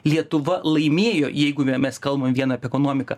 lietuva laimėjo jeigu mes kalbam vien apie ekonomiką